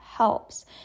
helps